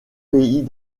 pays